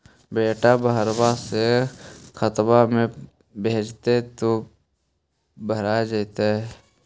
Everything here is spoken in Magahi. बेटा बहरबा से खतबा में भेजते तो भरा जैतय?